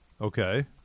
Okay